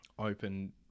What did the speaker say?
open